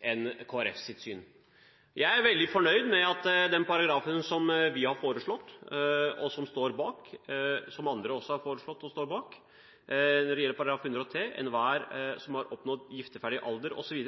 enn Kristelig Folkepartis syn. Jeg er veldig fornøyd med at formuleringen i § 103, som vi har foreslått og står bak, som andre også støtter – om at enhver som har oppnådd gifteferdig alder osv.